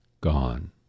gone